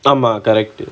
ஆமா:aamaa correct